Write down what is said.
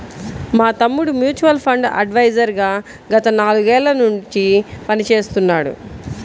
మా తమ్ముడు mutual fund adviser గా గత నాలుగేళ్ళ నుంచి పనిచేస్తున్నాడు